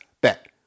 bet